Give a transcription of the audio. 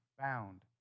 found